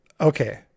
Okay